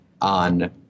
on